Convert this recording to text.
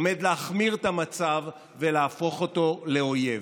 עומד להחמיר את המצב ולהפוך אותו לאויב.